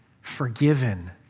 forgiven